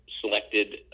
selected